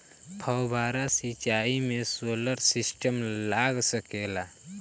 फौबारा सिचाई मै सोलर सिस्टम लाग सकेला?